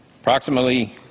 Approximately